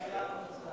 זה היה המצב.